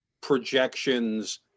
projections